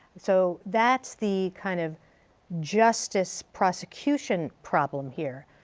so that's the kind of justice prosecution problem here.